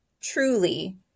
truly